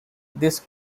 this